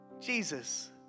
Jesus